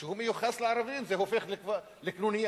כשהוא מיוחס לערבים זה הופך לקנוניה,